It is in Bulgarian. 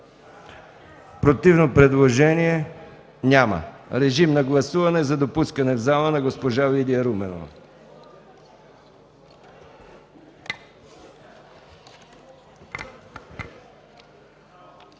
Противно предложение? Няма. Режим на гласуване за допускане в залата на госпожа Лидия Руменова.